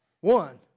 One